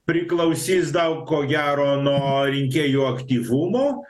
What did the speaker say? priklausys daug ko gero nuo rinkėjų aktyvumo